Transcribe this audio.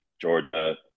Georgia